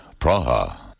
Praha